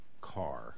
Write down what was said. car